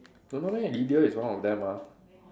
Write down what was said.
don't know meh Lydia is one of them ah